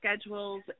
schedules